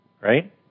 right